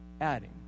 adding